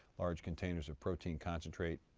large containers of protein concentrate,